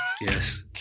Yes